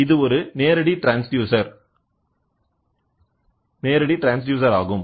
இது ஒரு நேரடி ட்ரான்ஸ்டியூசர் ஆகும்